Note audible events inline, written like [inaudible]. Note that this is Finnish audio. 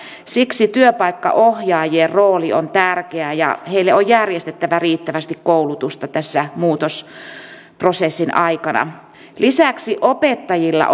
siksi työpaikkaohjaajien rooli on tärkeä ja heille on järjestettävä riittävästi koulutusta tässä muutosprosessin aikana lisäksi opettajilla [unintelligible]